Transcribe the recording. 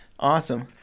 awesome